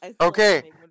okay